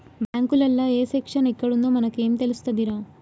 బాంకులల్ల ఏ సెక్షను ఎక్కడుందో మనకేం తెలుస్తదిరా